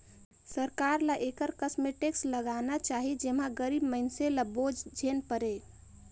सरकार ल एकर कस में टेक्स लगाना चाही जेम्हां गरीब मइनसे ल बोझ झेइन परे